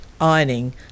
ironing